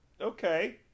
Okay